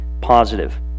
positive